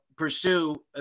Pursue